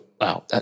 wow